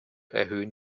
erhöhen